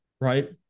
right